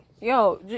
yo